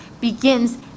begins